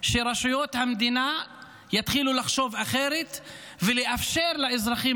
שרשויות המדינה יתחילו לחשוב אחרת ויאפשרו לאזרחים